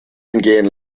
entgehen